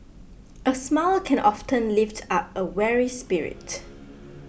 a smile can often lift up a weary spirit